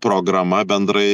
programa bendrai